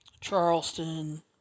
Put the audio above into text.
Charleston